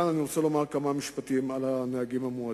כאן אני רוצה לומר כמה משפטים על הנהגים המועדים.